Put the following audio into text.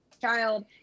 child